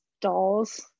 dolls